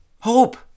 hope